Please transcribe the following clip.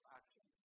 action